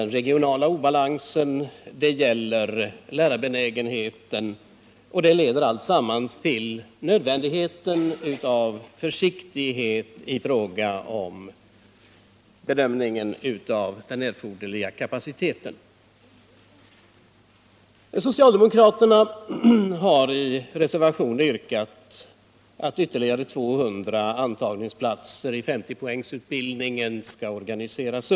Den regionala obalansen, lärarbenägenheten och andra faktorer leder till att man måste visa försiktighet i fråga om bedömningen av den erforderliga kapaciteten. Socialdemokraterna har i en reservation yrkat att ytterligare 200 antagningsplatser skall anordnas i 50-poängsutbildningen för barnskötare.